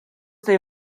they